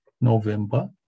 November